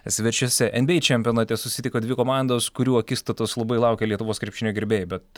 svečiuose nba čempionate susitiko dvi komandos kurių akistatos labai laukė lietuvos krepšinio gerbėjai bet